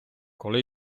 коли